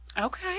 Okay